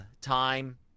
time